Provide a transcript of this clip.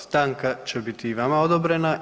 Stanka će biti i vama odobrena.